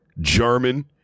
German